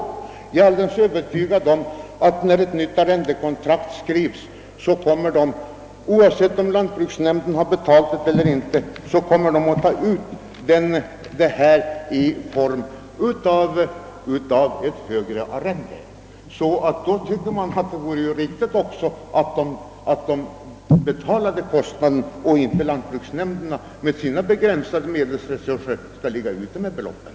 Jag är alldeles övertygad om att domänverket, när ett nytt arrendekontrakt skrivs, kommer att ta ut ersättning för kostnaderna för dessa reparationer i form av ett högre arrende, oavsett om lantbruksnämnden har betalat dessa kostnader eller inte. Då vore det ju också riktigt att domänverket betalade dessa kostnader och inte övervältrade dem på lantbruksnämnderna med deras begränsade resurser.